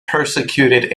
persecuted